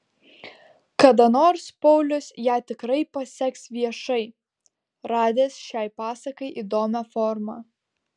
kada nors paulius ją tikrai paseks viešai radęs šiai pasakai įdomią formą